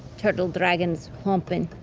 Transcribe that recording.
turtle dragons humping.